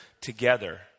together